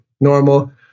normal